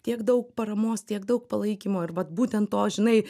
tiek daug paramos tiek daug palaikymo ir vat būtent to žinai